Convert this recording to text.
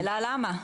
השאלה למה?